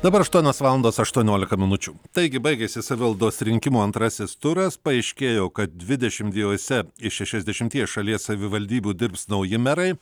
dabar aštuonios valandos aštuoniolika minučių taigi baigėsi savivaldos rinkimų antrasis turas paaiškėjo kad dvidešim dviejose iš šešiasdešimties šalies savivaldybių dirbs nauji merai